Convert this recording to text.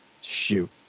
Shoot